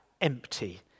empty